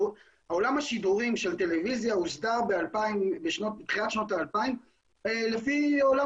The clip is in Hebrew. עולם השידורים של הטלויזיה הוסדר בתחילת שנות האלפיים לפי עולם